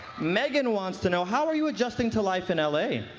megan wants to know, how are you adjusting to life in l a?